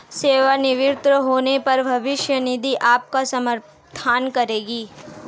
सेवानिवृत्त होने पर भविष्य निधि आपका समर्थन करेगी